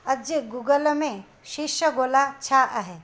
अॼु गूगल में शीष्य ॻोल्हा छा आहे